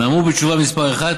מהאמור בתשובה מס' 1,